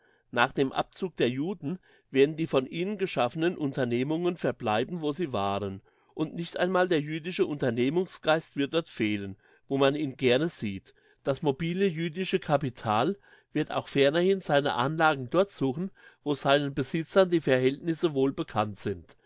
nach dem abzug der juden werden die von ihnen geschaffenen unternehmungen verbleiben wo sie waren und nicht einmal der jüdische unternehmungsgeist wird dort fehlen wo man ihn gerne sieht das mobile jüdische capital wird auch fernerhin seine anlagen dort suchen wo seinen besitzern die verhältnisse wohlbekannt sind